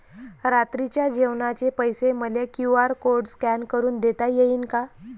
रात्रीच्या जेवणाचे पैसे मले क्यू.आर कोड स्कॅन करून देता येईन का?